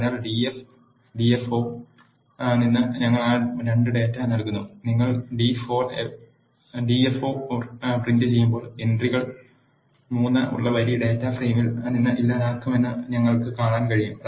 അതിനാൽ df df4 ൽ നിന്ന് ഞങ്ങൾ ആ 2 ഡാറ്റ നൽകുന്നു നിങ്ങൾ df4 പ്രിന്റുചെയ്യുമ്പോൾ എൻട്രി 3 ഉള്ള വരി ഡാറ്റ ഫ്രെയിമിൽ നിന്ന് ഇല്ലാതാക്കുമെന്ന് ഞങ്ങൾക്ക് കാണാൻ കഴിയും